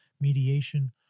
mediation